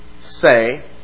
say